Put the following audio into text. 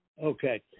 Okay